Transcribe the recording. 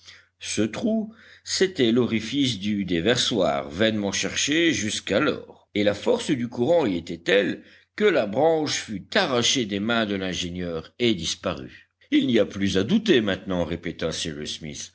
ce trou c'était l'orifice du déversoir vainement cherché jusqu'alors et la force du courant y était telle que la branche fut arrachée des mains de l'ingénieur et disparut il n'y a plus à douter maintenant répéta cyrus smith